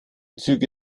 züge